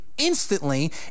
Instantly